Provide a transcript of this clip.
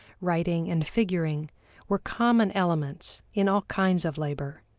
writing, and figuring were common elements in all kinds of labor.